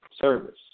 Service